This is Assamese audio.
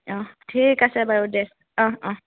অঁহ ঠিক আছে বাৰু দে অঁহ অঁ